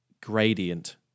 gradient